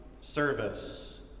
service